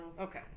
Okay